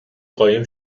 قایم